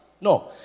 No